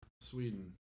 Sweden